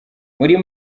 muri